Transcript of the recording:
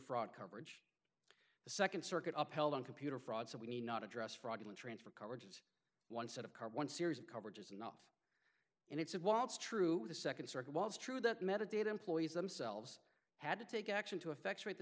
fraud coverage the second circuit up held on computer fraud so we need not address fraudulent transfer coverages one set of cards one series of coverage is enough and it's and while it's true the second circuit was true that meditate employees themselves had to take action to effectuate the